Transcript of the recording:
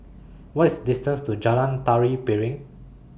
What IS distance to Jalan Tari Piring